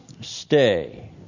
stay